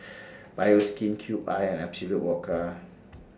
Bioskin Cube I and Absolut Vodka